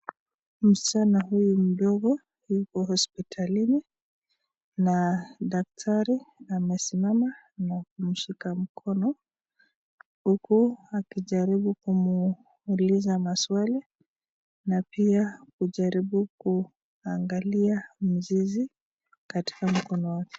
Msichana huyu mdogo yuko hospitalini na daktari amesimama na kumshika mkono huku akijaribu kumuuliza maswali na pia kujaribu kuangalia mzizi katika mkono wake.